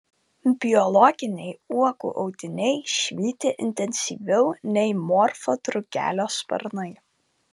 biologiniai uogų audiniai švyti intensyviau nei morfo drugelio sparnai